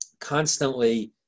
constantly